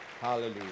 Hallelujah